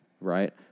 right